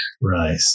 right